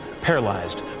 paralyzed